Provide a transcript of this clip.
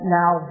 now